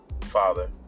father